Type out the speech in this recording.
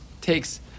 takes